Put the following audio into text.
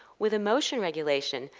with emotion regulation,